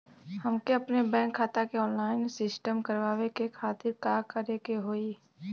हमके अपने बैंक खाता के ऑनलाइन सिस्टम करवावे के खातिर का करे के होई?